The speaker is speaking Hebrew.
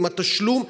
עם התשלום,